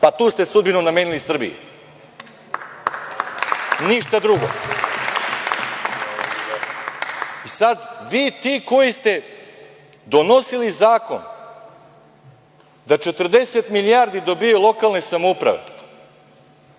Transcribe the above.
Tu ste sudbinu namenili Srbiji, ništa drugo! Sada, vi, koji ste donosili zakon da 40 milijardi dobijaju lokalne samouprave,